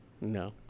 No